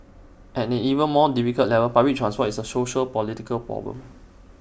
and an even more difficult level public transport is A sociopolitical problem